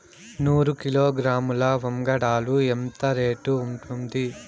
నూరు కిలోగ్రాముల వంగడాలు ఎంత రేటు ఉంటుంది?